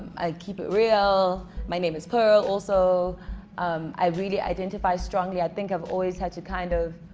i keep it real my name is pearl also um i really identify strongly i think i've always had to kind of